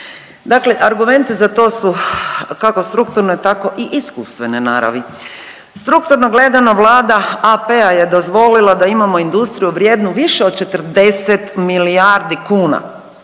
Dakle, argumenti za to su kako strukturne tako i iskustvene naravi. Strukturno gledano Vlada AP-a je dozvolila da imamo industriju vrijednu više od 40 milijardi kuna